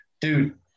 dude